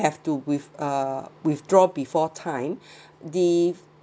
have to with uh withdraw before time the